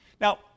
Now